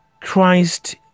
Christ